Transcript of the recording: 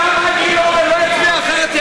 נגמר הזמן, תצביע.